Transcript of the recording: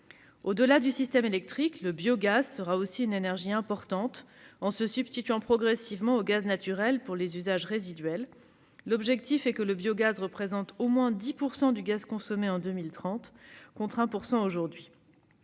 Au-delà du système électrique, le biogaz sera aussi une énergie importante, en se substituant progressivement au gaz naturel pour les usages résiduels. L'objectif est que le biogaz représente au moins 10 % du gaz consommé en 2030, contre 1 % aujourd'hui.